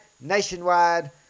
nationwide